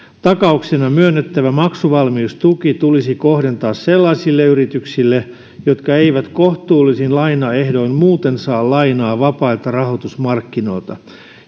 takauksena myönnettävä maksuvalmiustuki tulisi kohdentaa sellaisille yrityksille jotka eivät kohtuullisin lainaehdoin muuten saa lainaa vapailta rahoitusmarkkinoilta